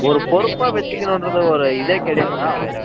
ஒரு பொறுப்பாக வச்சுகினுன்றது ஒரு இதே கிடையாதா